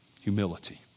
Humility